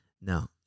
no